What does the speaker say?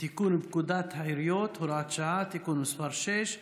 לתיקון פקודת העיריות (הוראת שעה) (תיקון מס' 6),